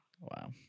Wow